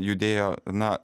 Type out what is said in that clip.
judėjo na